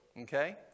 Okay